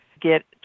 get